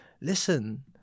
listen